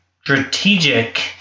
strategic